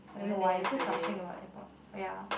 I don't know why is just something about airport ya